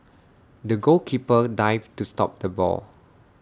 the goalkeeper dived to stop the ball